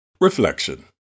Reflection